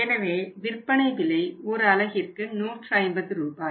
எனவே விற்பனை விலை ஒரு அலகிற்கு 150 ரூபாய்